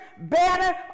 better